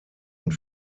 und